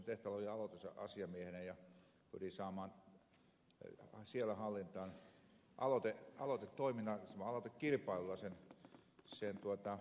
jo aikoinaan puhoksen tehtaalla olin aloiteasiamiehenä ja pyrin saamaan siellä hallintaan aloitetoiminnalla aloitekilpailulla sen